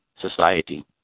society